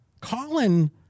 Colin